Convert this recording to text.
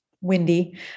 windy